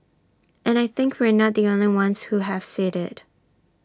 and I think we're not the only ones who have said IT